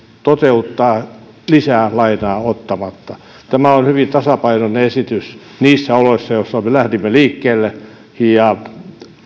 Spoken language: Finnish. toteuttaa lisää lainaa ottamatta tämä on hyvin tasapainoinen esitys niissä oloissa joista me lähdimme liikkeelle ja